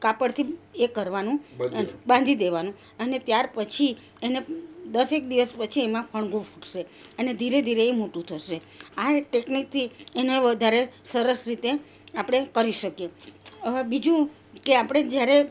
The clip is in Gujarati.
કાપડથી એ કરવાનું બાંધી દેવાનું અને ત્યાર પછી એને દસેક દિવસ પછી એમાં ફણઘું ફૂટશે અને ધીરે ધીરે એ મોટું થશે આ એક ટેકનિકથી એને વધારે સરસ રીતે આપણે કરી શકીએ હવે બીજું કે આપણે જ્યારે